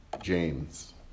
James